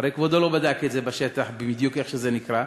הרי כבודו לא בדק בשטח בדיוק איך שזה נקרא.